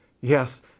Yes